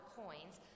coins